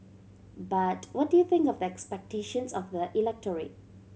but what do you think of the expectations of the electorate